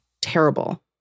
Terrible